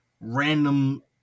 random